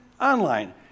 online